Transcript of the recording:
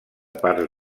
parts